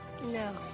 No